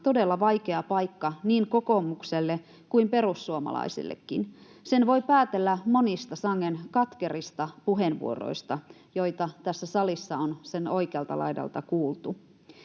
todella vaikea paikka niin kokoomukselle kuin perussuomalaisillekin — sen voi päätellä monista sangen katkerista puheenvuoroista, joita tässä salissa on sen oikealta laidalta kuultu.